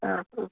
ಹಾಂ ಹ್ಞೂ